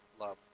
love